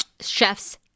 Chefs